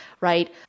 right